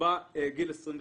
נקבע את גיל 25